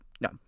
No